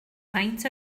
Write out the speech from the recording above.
faint